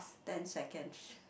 ten seconds